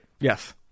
Yes